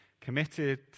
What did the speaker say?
committed